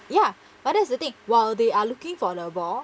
ya but that's the thing while they are looking for the ball